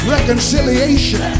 Reconciliation